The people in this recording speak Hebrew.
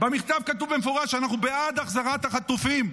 במכתב כתוב במפורש שאנחנו בעד החזרת החטופים.